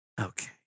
Okay